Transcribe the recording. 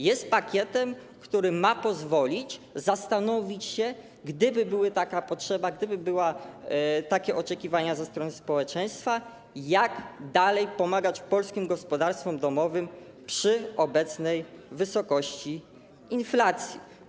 Jest pakietem, który ma pozwolić zastanowić się, gdyby była taka potrzeba, gdyby były takie oczekiwania ze strony społeczeństwa, jak dalej pomagać polskim gospodarstwom domowym przy obecnej wysokości inflacji.